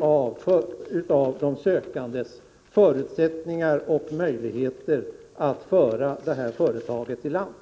av de sökandes förutsättningar och möjligheter att föra företaget i land.